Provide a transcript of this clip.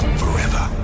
forever